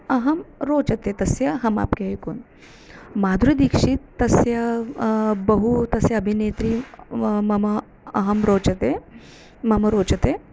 मह्यं रोचते तस्य अहम् आप्के है कौन् माधुरदीक्षीत् तस्य बहु तस्य अभिनेत्री मम अहं रोचते मम रोचते